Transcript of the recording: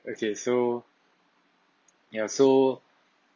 okay so ya so